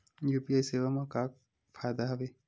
UPI सेवा मा का फ़ायदा हवे?